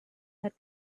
had